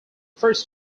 first